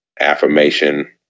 affirmation